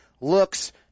looks –